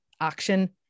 action